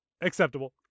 acceptable